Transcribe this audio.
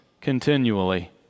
continually